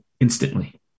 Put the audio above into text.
Instantly